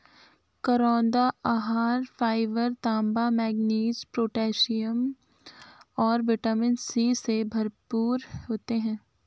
करौंदा आहार फाइबर, तांबा, मैंगनीज, पोटेशियम और विटामिन सी से भरपूर होते हैं